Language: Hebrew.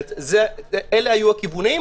אלה היו הכיוונים.